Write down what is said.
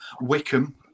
Wickham